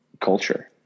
culture